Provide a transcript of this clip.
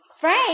Frank